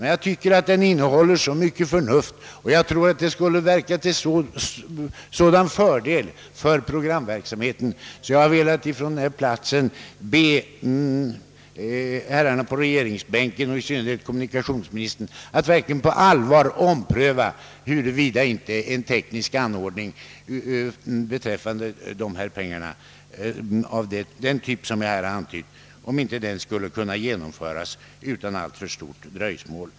Jag tycker att tanken innehåller mycket av förnuft och skulle vara till så stor fördel för programverksam heten, att jag nu från denna plats velat be herrarna på regeringsbänken och i synnerhet kommunikationsministern att verkligen på allvar ompröva, huruvida en fondering av dessa medel på det sätt jag antytt skulle kunna genomföras utan alltför stort dröjsmål.